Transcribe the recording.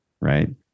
right